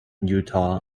utah